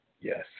Yes